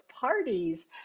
parties